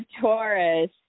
Taurus